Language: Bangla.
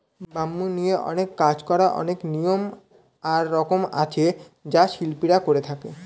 ব্যাম্বু নিয়ে কাজ করার অনেক নিয়ম আর রকম আছে যা শিল্পীরা করে থাকে